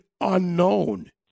unknown